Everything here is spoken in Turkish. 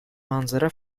manzara